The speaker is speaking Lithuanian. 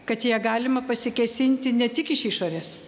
kad į ją galima pasikėsinti ne tik iš išorės